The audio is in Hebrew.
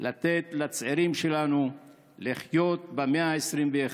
לתת לצעירים שלנו לחיות במאה ה-21,